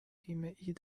بیمهای